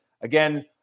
again